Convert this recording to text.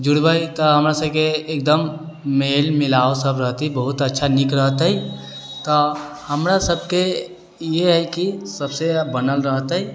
जुड़बै तऽ हमरा सबके एकदम मेल मिलाव सब रहतै बहुत अच्छा नीक रहतै तऽ हमरा सबके इहे है कि सबसँ बनल रहतै